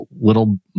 little